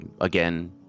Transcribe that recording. again